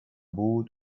بود